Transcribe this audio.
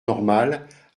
normales